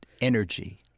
energy